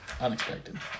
unexpected